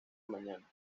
mañana